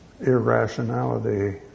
irrationality